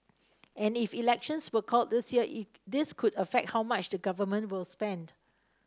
and if elections were called this year it this could affect how much the Government will spend